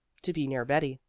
to be near betty.